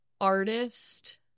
artist